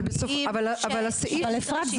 אבל אפרת,